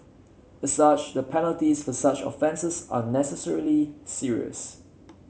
as such the penalties for such offences are necessarily serious